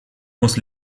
muss